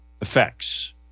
effects